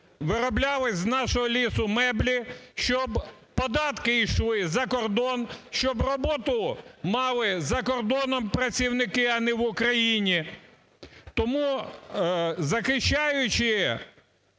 виробляли з нашого лісу меблі, щоб податки ішли за кордон, щоб роботу мали за кордоном працівники, а не в Україні. Тому, захищаючи